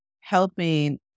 helping